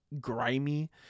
grimy